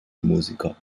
musiker